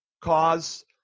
cause